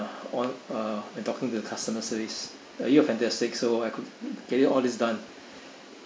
on uh when talking to the customer service but you are Fantastic so I could get it all this done